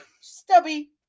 Stubby